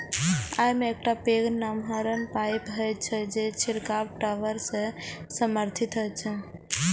अय मे एकटा पैघ नमहर पाइप होइ छै, जे छिड़काव टावर सं समर्थित होइ छै